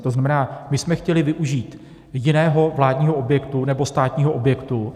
To znamená, my jsme chtěli využít jiného vládního objektu nebo státního objektu.